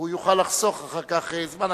והוא יוכל לחסוך אחר כך זמן,